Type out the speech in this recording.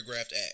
act